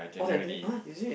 authentic ah is it